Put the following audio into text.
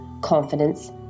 confidence